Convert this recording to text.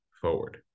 forward